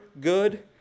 good